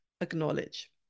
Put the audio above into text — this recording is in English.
acknowledge